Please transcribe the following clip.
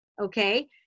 okay